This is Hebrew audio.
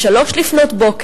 ב-03:00,